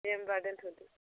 दे होमबा दोनथ'दो